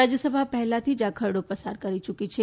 રાજ્યસભા પહેલાથી જ ખરડી પસાર કરી યૂકી છે